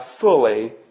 fully